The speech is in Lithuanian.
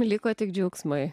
liko tik džiaugsmai